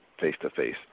face-to-face